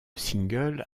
single